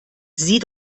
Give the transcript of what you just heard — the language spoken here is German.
sie